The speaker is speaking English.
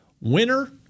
Winner